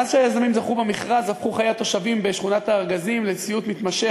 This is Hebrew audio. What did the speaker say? מאז שהיזמים זכו במכרז הפכו חיי התושבים בשכונת-הארגזים לסיוט מתמשך.